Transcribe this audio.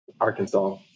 Arkansas